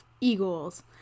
Eagles